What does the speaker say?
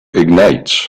ignites